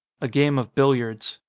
a game of billiards